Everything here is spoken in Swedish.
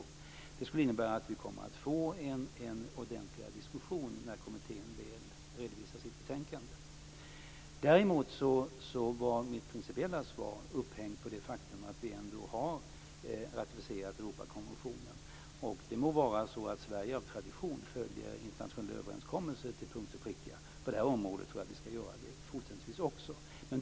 Det kommer att innebära att vi kan få en mer ordentlig diskussion när kommittén redovisar sitt betänkande. Däremot var mitt principiella svar upphängt på det faktum att vi har ratificerat Europakonventionen. Det må vara så att Sverige av tradition följer internationella överenskommelser till punkt och pricka. Vi skall fortsätta att göra det på det här området också.